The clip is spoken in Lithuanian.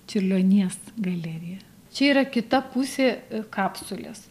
čiurlionies galerija čia yra kita pusė kapsulės